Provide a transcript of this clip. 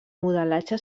modelatge